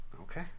Okay